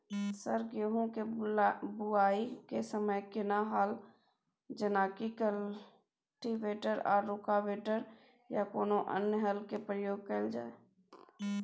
Sir गेहूं के बुआई के समय केना हल जेनाकी कल्टिवेटर आ रोटावेटर या कोनो अन्य हल के प्रयोग कैल जाए?